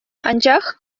анчах